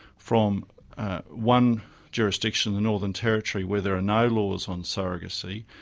from one jurisdiction, the northern territory, where there are no laws on surrogacy,